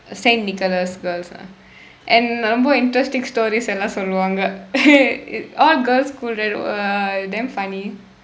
saint nicholas girls ah and are more interesting stories எல்லா சொல்லுவாங்க:ellaa solluvaangka all girls school right !wah! damn funny